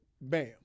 Bam